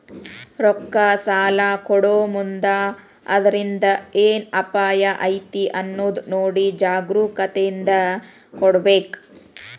ರೊಕ್ಕಾ ಸಲಾ ಕೊಡೊಮುಂದ್ ಅದ್ರಿಂದ್ ಏನ್ ಅಪಾಯಾ ಐತಿ ಅನ್ನೊದ್ ನೊಡಿ ಜಾಗ್ರೂಕತೇಂದಾ ಕೊಡ್ಬೇಕ್